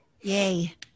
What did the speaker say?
Yay